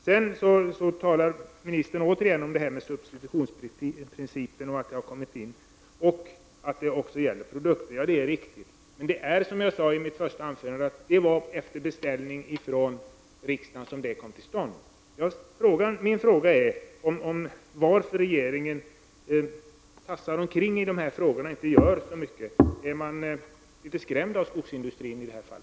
Sedan talar ministern återigen om att substitutionsprincipen har kommit in i lagen och att den även gäller produkter. Det är riktigt. Men det var, som jag sade i mitt första anförande, efter beställning från riksdagen som den kom till stånd. Min fråga är varför regeringen tassar omkring de här frågorna och inte gör så mycket. Är man skrämd av skogsindustrin i det här fallet?